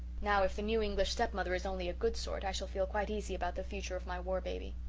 now, if the new english stepmother is only a good sort i shall feel quite easy about the future of my war-baby.